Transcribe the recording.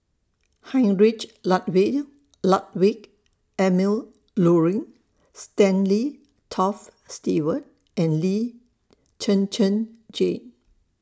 Heinrich Ludwig Emil Luering Stanley Toft Stewart and Lee Zhen Zhen Jane